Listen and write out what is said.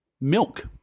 milk